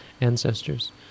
ancestors